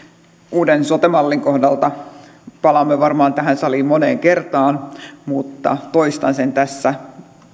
uuden sote mallin kohdalta palaamme varmaan tähän saliin moneen kertaan mutta toistan sen tässä